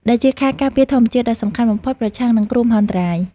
ដែលជាខែលការពារធម្មជាតិដ៏សំខាន់បំផុតប្រឆាំងនឹងគ្រោះមហន្តរាយ។